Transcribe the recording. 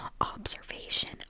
observation